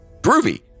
groovy